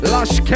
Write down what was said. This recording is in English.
Lush